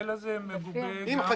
ההבדל הזה מגובה גם בהחלטות של היועץ